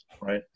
right